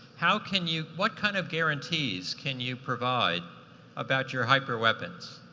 how can you what kind of guarantees can you provide about your hyper weapons?